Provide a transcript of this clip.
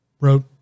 wrote